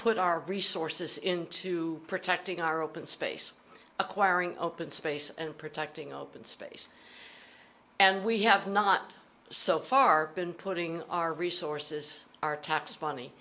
put our resources into protecting our open space acquiring open space and protecting open space and we have not so far been putting our resources our tax money